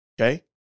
okay